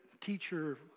teacher